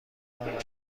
مقالهای